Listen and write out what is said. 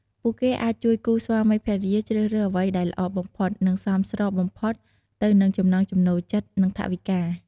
ពួកគេអាចជួយគូស្វាមីភរិយាជ្រើសរើសអ្វីដែលល្អបំផុត និងសមស្របបំផុតទៅនឹងចំណង់ចំណូលចិត្ត និងថវិកា។